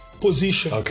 position